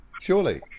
surely